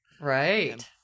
Right